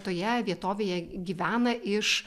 toje vietovėje gyvena iš